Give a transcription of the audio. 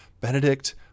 Benedict